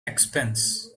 expense